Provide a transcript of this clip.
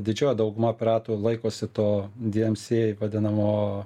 didžioji dauguma piratų laikosi to dmsa vadinamo